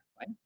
right